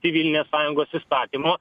tėvynės sąjungos įstatymo